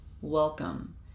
Welcome